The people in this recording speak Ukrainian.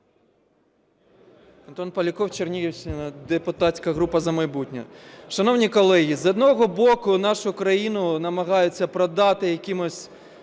Антон Поляков, Чернігівщина, депутатська група "За майбутнє". Шановні колеги, з одного боку нашу країну намагаються продати якимось